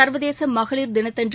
சர்வதேச மகளிர் தினத்தன்று